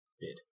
bid